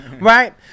right